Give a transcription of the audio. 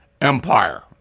Empire